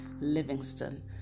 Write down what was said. Livingstone